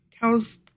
Cows